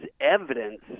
evidence